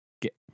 get